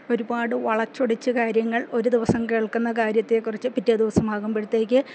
ഒരുപാട് വളച്ചൊടിച്ച് കാര്യങ്ങൾ ഒരു ദിവസം കേൾക്കുന്ന കാര്യത്തെക്കുറിച്ച് പിറ്റേ ദിവസമാകുമ്പോഴേക്ക്